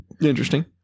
interesting